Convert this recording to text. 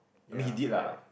I mean he did lah